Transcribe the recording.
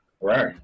Right